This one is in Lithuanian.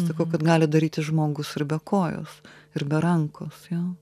sakau kad gali daryti žmogus ir be kojos ir be rankos jo